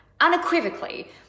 unequivocally